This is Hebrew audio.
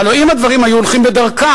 הלוא אם הדברים היו הולכים בדרכם,